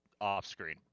off-screen